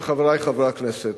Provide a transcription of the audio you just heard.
חברי חברי הכנסת,